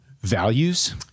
values